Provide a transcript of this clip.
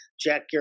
Jack